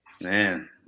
Man